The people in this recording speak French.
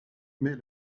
mais